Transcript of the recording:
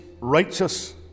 righteous